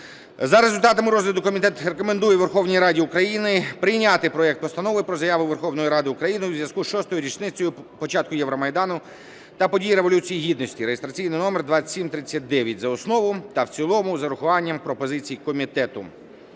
За результатами розгляду комітет рекомендує Верховній Раді України прийняти проект Постанови про Заяву Верховної Ради України у зв'язку з шостою річницею початку Євромайдану та подій Революції Гідності (реєстраційний номер 2739) за основу та в цілому з урахуванням пропозицій комітету.